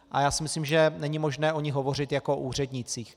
A já myslím, že není možné o nich hovořit jako o úřednících.